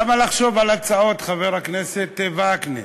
למה לחשוב על הצעות, חבר הכנסת וקנין?